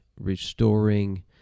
restoring